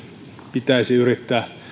pitäisi yrittää